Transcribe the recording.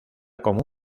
como